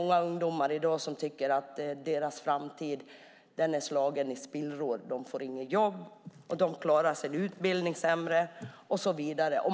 Många ungdomar i dag tycker att deras framtid är slagen i spillror. De får inget jobb, de klarar sin utbildning sämre och så vidare.